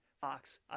Fox